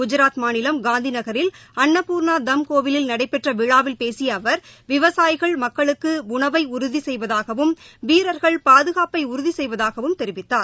குஜராத் மாநிலம் காந்தி நகரில் அன்னபூர்ணா தம் கோவிலில் நடைபற்ற விழாவில் பேசிய அவர் விவசாயிகள் மக்களுக்கு உணவை உறுதி செய்வதாகவும் வீரர்கள் பாதுகாப்பை உறுதி செய்வதாகவும் தெரிவித்தார்